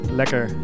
lekker